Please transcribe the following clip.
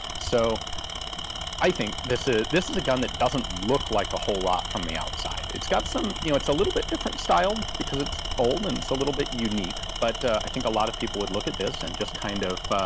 so i think this is a gun that doesn't look like a whole lot from the outside, it's got some, you know, it's a little bit different style because it's old and it's a little bit unique. but i think a lot of people would look at this and just kind of